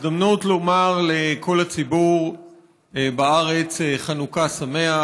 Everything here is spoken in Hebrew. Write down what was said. הזדמנות לומר לכל הציבור בארץ: חנוכה שמח.